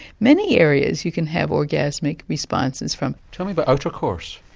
many areas you can have orgasmic responses from. tell me about outercourse.